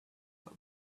club